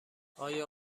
آیا